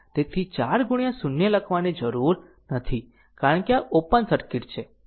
તેથી 4 ગુણ્યા 0 લખવાની જરૂર નથી કારણ કે આ ઓપન સર્કિટ છે